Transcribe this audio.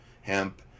hemp